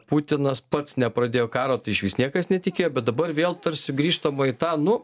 putinas pats nepradėjo karo tai išvis niekas netikėjo bet dabar vėl tarsi grįžtama į tą nu